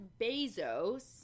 Bezos